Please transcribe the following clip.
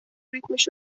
ریتمش